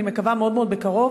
אני מקווה שמאוד מאוד בקרוב.